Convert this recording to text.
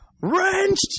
wrenched